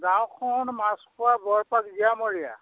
গাঁওখন মাছখোৱা বৰপাক জীয়ামুৰীয়া